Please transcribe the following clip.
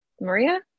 Maria